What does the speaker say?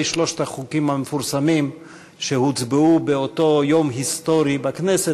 שלושת החוקים המפורסמים שהוצבעו באותו יום היסטורי בכנסת,